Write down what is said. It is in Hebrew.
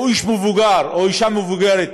או איש מבוגר, או אישה מבוגרת,